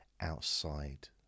outside